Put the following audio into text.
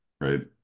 right